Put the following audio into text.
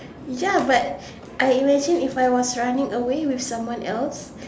ya but I imagine if I was running away with someone else